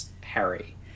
Harry